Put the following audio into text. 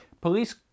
Police